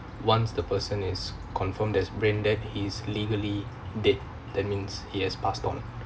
once the person is confirmed as brain that is legally dead that means he has passed on